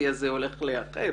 הולך להיאכף,